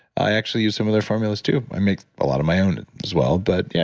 i actually used some of their formulas too. i make a lot of my own as well, but yeah,